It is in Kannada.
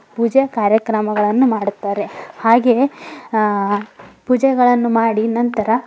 ಪೂಜಾ ಕಾರ್ಯಕ್ರಮಗಳನ್ನು ಮಾಡುತ್ತಾರೆ ಹಾಗೆ ಪೂಜೆಗಳನ್ನು ಮಾಡಿ ನಂತರ